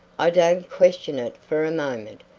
i don't question it for a moment.